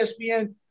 ESPN